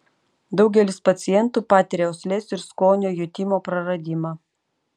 daugelis pacientų patiria uoslės ir skonio jutimo praradimą